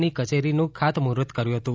ની કચેરીનું ખાતમુહુર્ત કર્યું હતું